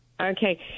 Okay